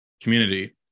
community